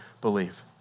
believe